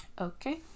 okay